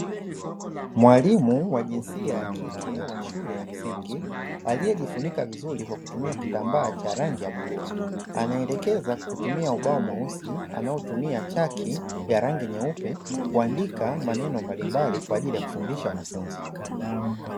Mwalimu wa jinsia ya kike wa shule ya msingi aliyejifunika vizuri kwa kutumia kitambaa cha rangi ya bluu, anaelekeza kwa kutumia ubao mweusi anaotumia chaki ya rangi nyeupe kuandika maneno mbalimbali kwaajili ya kufundisha wanafunzi.